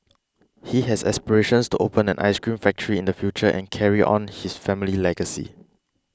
he has aspirations to open an ice cream factory in the future and carry on his family legacy